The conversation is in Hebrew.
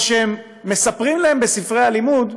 או שמספרים להם בספרי הלימוד,